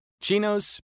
chinos